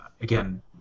again